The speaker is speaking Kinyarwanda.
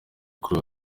kuri